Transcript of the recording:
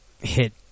hit